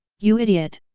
you idiot.